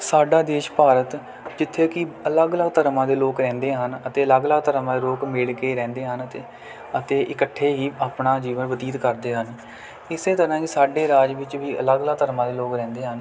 ਸਾਡਾ ਦੇਸ਼ ਭਾਰਤ ਜਿੱਥੇ ਕਿ ਅਲੱਗ ਅਲੱਗ ਧਰਮਾਂ ਦੇ ਲੋਕ ਰਹਿੰਦੇ ਹਨ ਅਤੇ ਅਲੱਗ ਅਲੱਗ ਧਰਮਾਂ ਦੇ ਲੋਕ ਮਿਲ ਕੇ ਰਹਿੰਦੇ ਹਨ ਅਤੇ ਅਤੇ ਇਕੱਠੇ ਹੀ ਆਪਣਾ ਜੀਵਨ ਬਤੀਤ ਕਰਦੇ ਹਨ ਇਸੇ ਤਰ੍ਹਾਂ ਕਿ ਸਾਡੇ ਰਾਜ ਵਿੱਚ ਵੀ ਅਲੱਗ ਅਲੱਗ ਧਰਮਾਂ ਦੇ ਲੋਕ ਰਹਿੰਦੇ ਹਨ